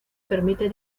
permite